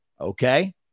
Okay